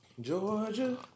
Georgia